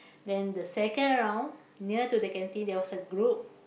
then the second round near to the canteen there was a group